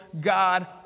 God